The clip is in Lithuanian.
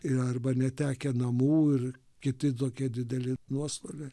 ir arba netekę namų ir kiti tokie dideli nuostoliai